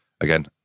Again